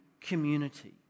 community